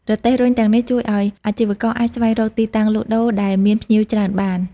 រទេះរុញទាំងនេះជួយឱ្យអាជីវករអាចស្វែងរកទីតាំងលក់ដូរដែលមានភ្ញៀវច្រើនបាន។